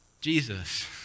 Jesus